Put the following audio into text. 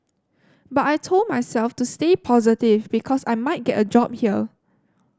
but I told myself to stay positive because I might get a job here